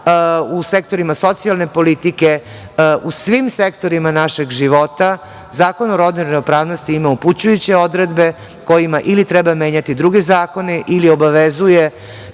u sektorima socijalne politike, u svim sektorima našeg života Zakon o rodnoj ravnopravnosti ima upućujuće odredbe kojima ili treba menjati druge zakone ili obavezuje